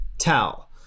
tell